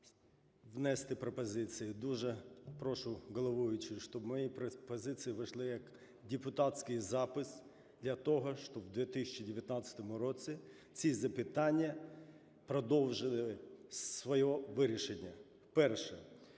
внести пропозиції. Дуже прошу головуючу, щоб мої пропозиції увійшли як депутатський запит для того, щоб у 2019 році ці запитання продовжили своє вирішення. Перше.